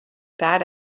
bad